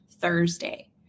Thursday